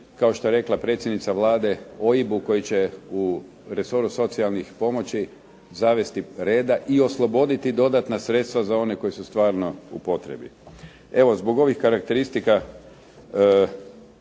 Kao što je rekla potpredsjednica Vlade, OIB-u koji će u resoru socijalnih pomoći zavesti reda i osloboditi dodatna sredstva za one koji su stvarno u potrebi. Evo zbog ovih karakteristika